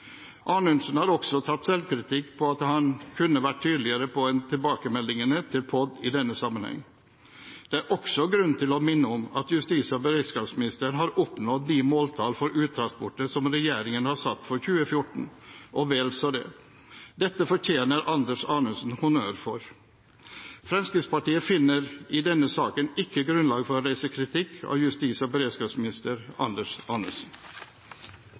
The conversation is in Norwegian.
Anundsen har også tatt selvkritikk på at han kunne vært tydeligere på tilbakemeldingene til POD i denne sammenheng. Det er også grunn til å minne om at justis- og beredskapsministeren har oppnådd de måltall for uttransporter som regjeringen har satt for 2014, og vel så det. Dette fortjener Anders Anundsen honnør for. Fremskrittspartiet finner i denne saken ikke grunnlag for å reise kritikk av justis- og beredskapsminister Anders